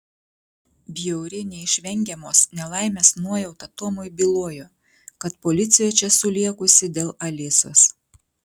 bjauri neišvengiamos nelaimės nuojauta tomui bylojo kad policija čia sulėkusi dėl alisos